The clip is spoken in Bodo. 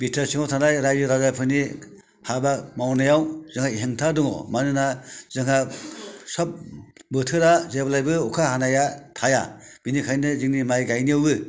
बि टि आर सिङाव थानाय रायजो राजाफोरनि हाबा मावनायाव जोंहा हेंथा दङ मानोना जोंहा सोब बोथोरा जेब्लायबो अखा हानाया थाया बेनिखायनो जोंनि माइ गायनायावबो